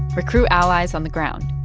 recruit allies on the ground,